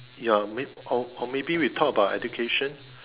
ya may or or maybe we talk about education